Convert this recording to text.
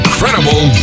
Incredible